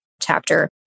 chapter